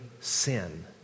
sin